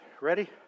ready